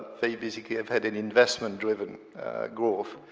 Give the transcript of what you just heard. they basically have had an investment-driven growth,